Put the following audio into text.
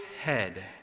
head